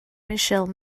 michelle